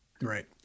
Right